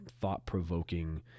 thought-provoking